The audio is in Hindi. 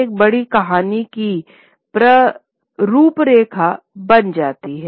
एक बड़ी कहानी की रूपरेखा बन जाती हैं